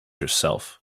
yourself